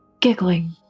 giggling